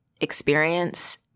experience